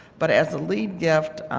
but as a lead gift,